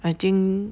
I think